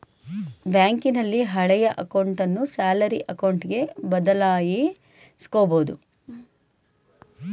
ಬ್ಯಾಂಕಿನಲ್ಲಿ ಹಳೆಯ ಅಕೌಂಟನ್ನು ಸ್ಯಾಲರಿ ಅಕೌಂಟ್ಗೆ ಬದಲಾಯಿಸಕೊಬೋದು